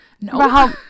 No